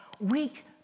weak